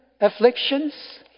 afflictions